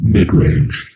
Midrange